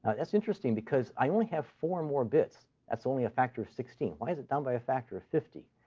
ah that's interesting because i only have four more bits. that's only a factor of sixteen. why is it down by a factor of fifty?